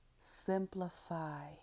Simplify